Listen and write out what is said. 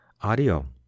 audio